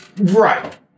Right